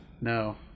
no